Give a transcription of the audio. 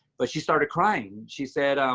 but she started crying. she said